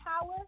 power